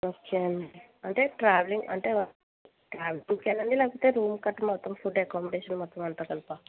okay అండి అంటే travelling అంటే ట్రావెలింగ్కా అండి లేకపోతే రూమ్ గట్ట మొత్తం ఫుడ్ అకామిడేషన్ మొత్తం అంతా కలిపా